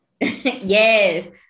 Yes